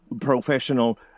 professional